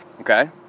Okay